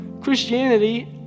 Christianity